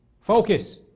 Focus